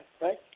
right